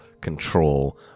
control